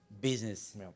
business